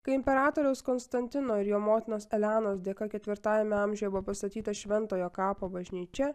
kai imperatoriaus konstantino ir jo motinos elenos dėka ketvirtajame amžiuje buvo pastatyta šventojo kapo bažnyčia